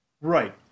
Right